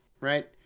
right